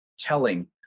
telling